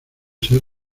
ser